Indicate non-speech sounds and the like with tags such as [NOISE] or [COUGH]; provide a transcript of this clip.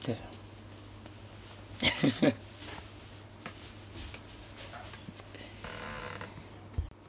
ya [LAUGHS]